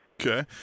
Okay